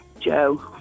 Joe